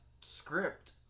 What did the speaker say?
script